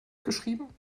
geschrieben